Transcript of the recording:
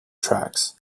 tracks